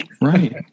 Right